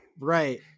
right